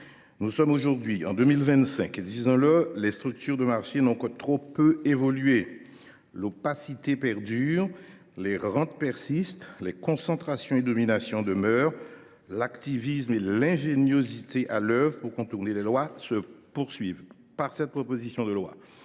Nous sommes aujourd’hui en 2025 et, disons le, les structures de marché n’ont que trop peu évolué. L’opacité perdure, les rentes persistent, les concentrations et les dominations demeurent, l’activisme et l’ingéniosité sont toujours à l’œuvre pour contourner les lois. Avec cette proposition de loi,